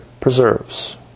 preserves